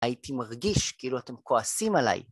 הייתי מרגיש כאילו אתם כועסים עליי.